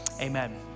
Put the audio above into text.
amen